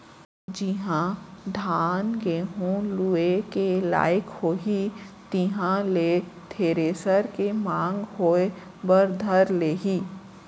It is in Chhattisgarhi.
जिहॉं धान, गहूँ लुए के लाइक होही तिहां ले थेरेसर के मांग होय बर धर लेही